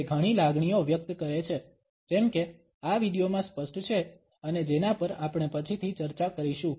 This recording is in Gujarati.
તે ઘણી લાગણીઓ વ્યક્ત કરે છે જેમ કે આ વિડિઓમાં સ્પષ્ટ છે અને જેના પર આપણે પછીથી ચર્ચા કરીશું